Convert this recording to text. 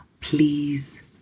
please